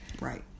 Right